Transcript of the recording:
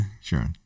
sure